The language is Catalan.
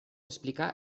explicar